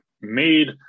made